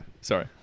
sorry